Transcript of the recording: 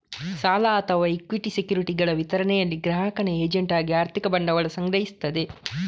ಸಾಲ ಅಥವಾ ಇಕ್ವಿಟಿ ಸೆಕ್ಯುರಿಟಿಗಳ ವಿತರಣೆಯಲ್ಲಿ ಗ್ರಾಹಕನ ಏಜೆಂಟ್ ಆಗಿ ಆರ್ಥಿಕ ಬಂಡವಾಳ ಸಂಗ್ರಹಿಸ್ತದೆ